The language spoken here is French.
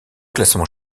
classement